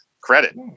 credit